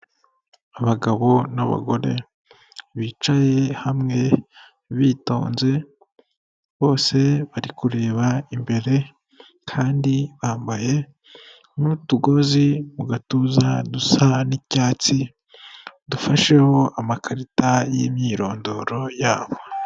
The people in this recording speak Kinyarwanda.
Abagabo n'abagore bicaye hamwe bitonze bose bari kureba imbere kandi bambaye n'utugozi mu gatuza dusa n'icyatsi dufasheho amakarita y'imyirondoro yabo.